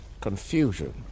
confusion